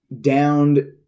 downed